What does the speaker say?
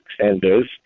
extenders